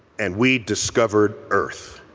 and we discovered earth.